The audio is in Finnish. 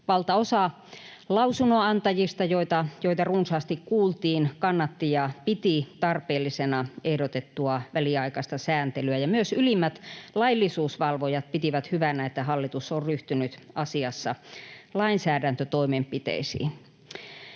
Valtaosa lausunnonantajista, joita runsaasti kuultiin, kannatti ja piti tarpeellisena ehdotettua väliaikaista sääntelyä, ja myös ylimmät laillisuusvalvojat pitivät hyvänä, että hallitus on ryhtynyt asiassa lainsäädäntötoimenpiteisiin.